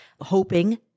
hoping